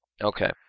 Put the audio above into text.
Okay